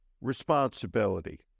responsibility